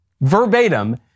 verbatim